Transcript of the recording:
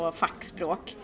fackspråk